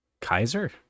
Kaiser